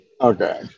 Okay